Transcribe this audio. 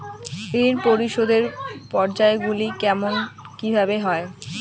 ঋণ পরিশোধের পর্যায়গুলি কেমন কিভাবে হয়?